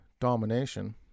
domination